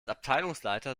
abteilungsleiter